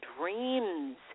dreams